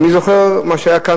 אני זוכר מה היה כאן,